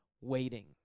waiting